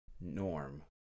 norm